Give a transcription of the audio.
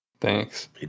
Thanks